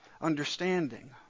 understanding